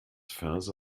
verse